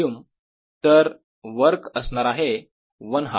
तर वर्क असणार आहे 1 हाफ